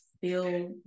feel